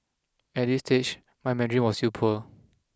at this stage my Mandarin was still poor